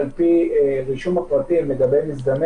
בסעיף שדורש את רישום פרטי הזיהוי של המזדמן